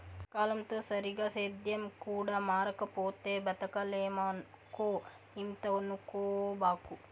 కాలంతో సరిగా సేద్యం కూడా మారకపోతే బతకలేమక్కో ఇంతనుకోబాకు